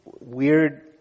weird